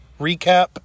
recap